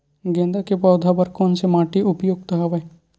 गेंदा के पौधा बर कोन से माटी उपयुक्त हवय?